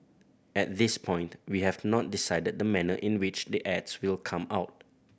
at this point we have not decided the manner in which the ads will come out